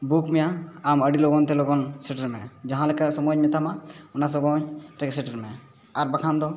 book ᱢᱮᱭᱟ ᱟᱢ ᱟᱹᱰᱤ ᱞᱚᱜᱚᱱ ᱛᱮ ᱞᱚᱜᱚᱱ ᱥᱮᱴᱮᱨ ᱢᱮ ᱡᱟᱦᱟᱸ ᱞᱮᱠᱟ ᱥᱚᱢᱚᱭ ᱤᱧ ᱢᱮᱛᱟᱢᱟ ᱚᱱᱟ ᱥᱚᱢᱚᱭ ᱨᱮᱜᱮ ᱥᱮᱴᱮᱨ ᱢᱮ ᱟᱨ ᱵᱟᱠᱷᱟᱱ ᱫᱚ